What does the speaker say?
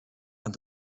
aan